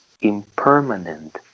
impermanent